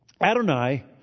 Adonai